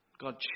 God